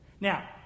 Now